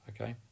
Okay